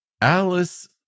Alice